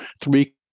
three